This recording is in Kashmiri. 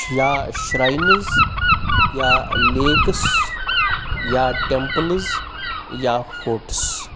یا شریِنٕز یا لیکٕس یا ٹیمپٕلز یا فوٹٕس